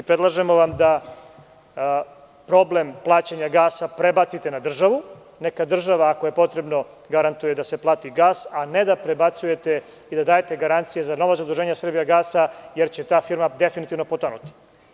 Predlažemo vam da problem plaćanja gasa prebacite na državu, neka država, ako je potrebno, garantuje da se plati gas, a ne da prebacujete i da dajete garancije za nova zaduženja „Srbijagasa“, jer će ta firma definitivno potonuti.